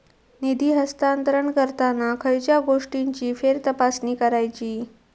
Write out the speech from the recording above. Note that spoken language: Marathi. निधी हस्तांतरण करताना खयच्या गोष्टींची फेरतपासणी करायची?